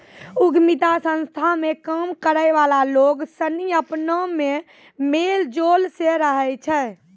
उद्यमिता संस्था मे काम करै वाला लोग सनी अपना मे मेल जोल से रहै छै